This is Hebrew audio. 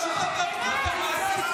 הזבל האנושי.